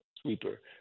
sweeper